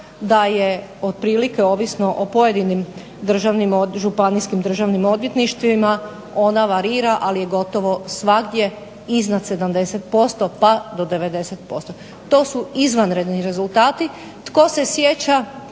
da je otprilike ovisno o pojedinim županijskim državnim odvjetništvima ona varira, ali je gotovo svagdje iznad 70% pa do 90%. To su izvanredni rezultati. Tko se sjeća